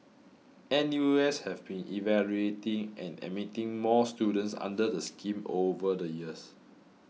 N U S have been evaluating and admitting more students under the scheme over the years